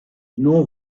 non